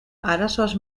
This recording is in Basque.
arazoaz